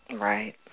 Right